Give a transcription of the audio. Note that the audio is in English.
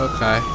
Okay